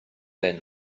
than